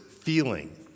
feeling